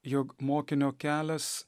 jog mokinio kelias